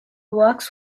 works